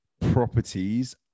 properties